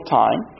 time